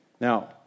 Now